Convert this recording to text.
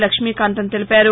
లక్ష్మీకాంతం తెలిపారు